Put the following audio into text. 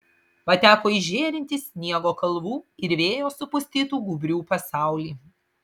pateko į žėrintį sniego kalvų ir vėjo supustytų gūbrių pasaulį